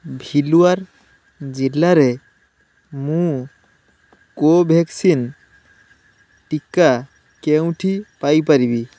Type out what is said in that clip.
ଭୀଲ୍ୱାରା ଜିଲ୍ଲାରେ ମୁଁ କୋଭାକ୍ସିନ ଟିକା କେଉଁଠି ପାଇ ପାରିବି